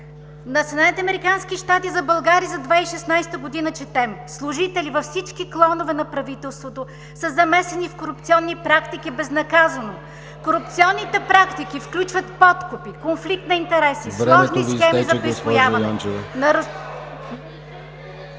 щати за България за 2016 г. четем: „Служители във всички клонове на правителството са замесени в корупционни практики безнаказано! Корупционните практики включват подкупи, конфликт на интереси, сложни схеми за присвояване…“